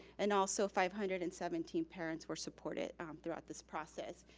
and also five hundred and seventeen parents were supported throughout this process.